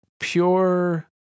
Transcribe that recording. Pure